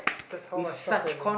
that's how I shuffle